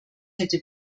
hätte